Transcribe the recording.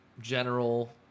general